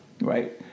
right